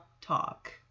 talk